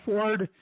Ford